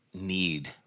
need